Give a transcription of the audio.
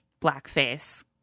blackface